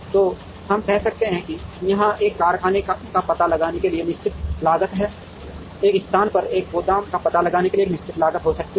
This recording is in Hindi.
तो हम कह सकते हैं कि यहाँ एक कारखाने का पता लगाने की एक निश्चित लागत है इस स्थान पर एक गोदाम का पता लगाने की एक निश्चित लागत हो सकती है